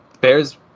Bears